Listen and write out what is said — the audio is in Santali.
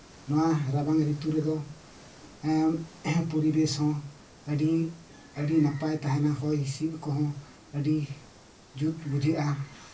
ᱱᱚᱣᱟ ᱨᱟᱵᱟᱝ ᱨᱤᱛᱩ ᱨᱮᱫᱚ ᱯᱚᱨᱤᱵᱮᱥ ᱦᱚᱸ ᱟᱹᱰᱤ ᱱᱟᱯᱟᱭ ᱛᱟᱦᱮᱱᱟ ᱦᱚᱭ ᱦᱤᱸᱥᱤᱫ ᱠᱚᱦᱚᱸ ᱟᱹᱰᱤ ᱡᱩᱛ ᱵᱩᱡᱷᱟᱹᱜᱼᱟ